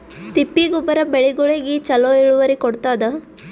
ತಿಪ್ಪಿ ಗೊಬ್ಬರ ಬೆಳಿಗೋಳಿಗಿ ಚಲೋ ಇಳುವರಿ ಕೊಡತಾದ?